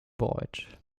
bereut